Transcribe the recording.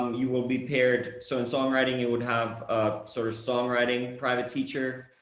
you will be paired so in songwriting you would have a, sort of, songwriting private teacher.